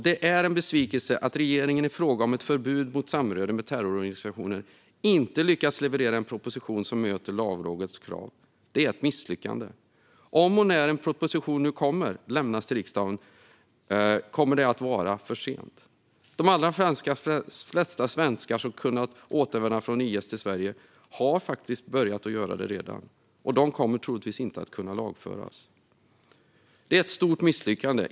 Det är en besvikelse att regeringen i frågan om ett förbud mot samröre med terrororganisationer inte har lyckats leverera en proposition som möter Lagrådets krav. Det är ett misslyckande. Om och när en proposition lämnas till riksdagen kommer det att vara alldeles för sent. De allra flesta svenskar som har kunnat återvända från IS till Sverige har faktiskt redan gjort det, och de kommer troligtvis inte att kunna lagföras. Det är ett stort misslyckande.